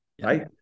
right